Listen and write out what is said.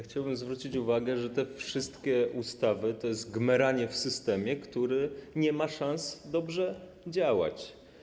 Chciałbym zwrócić uwagę na to, że te wszystkie ustawy to gmeranie w systemie, który nie ma szans dobrze działać.